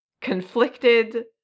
conflicted